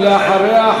ואחריה,